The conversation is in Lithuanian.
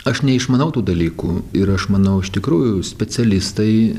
aš neišmanau tų dalykų ir aš manau iš tikrųjų specialistai